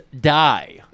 die